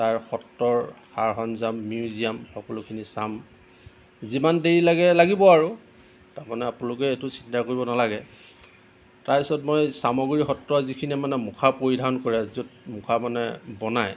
তাৰ সত্ৰৰ সা সৰঞ্জাম মিউজিয়াম সকলোখিনি চাম যিমান দেৰি লাগে লাগিব আৰু তাৰমানে আপোনালোকে এইটো চিন্তা কৰিব নালাগে তাৰ পিছত মই চামগুৰি সত্ৰৰ যিখিনি মানে মুখা পৰিধান কৰে য'ত মুখা মানে বনাই